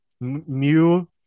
Mew